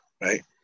right